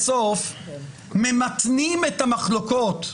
בסוף ממתנים את המחלוקות.